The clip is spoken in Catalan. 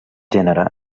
gènere